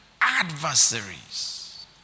adversaries